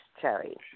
cherry